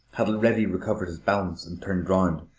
had already recovered his balance and turned around.